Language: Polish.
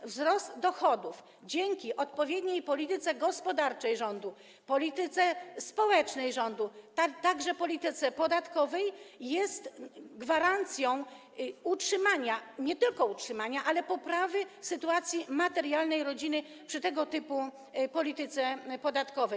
A wzrost dochodów dzięki odpowiedniej polityce gospodarczej rządu, polityce społecznej rządu, także polityce podatkowej jest gwarancją nie tylko utrzymania, ale i poprawy sytuacji materialnej rodzin przy tego typu polityce podatkowej.